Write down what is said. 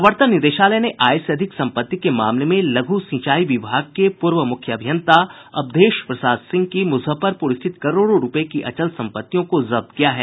प्रवर्तन निदेशालय ने आय से अधिक संपत्ति के मामले में लघ् सिंचाई विभाग के पूर्व मुख्य अभियंता अवधेश प्रसाद सिंह की मुजफ्फरपुर स्थित करोड़ों रूपये की अचल संपत्तियों को जब्त किया है